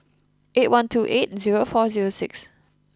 eight one two eight zero four zero six